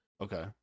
okay